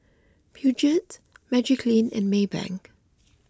Peugeot Magiclean and Maybank